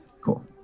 Cool